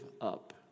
up